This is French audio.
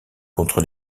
contre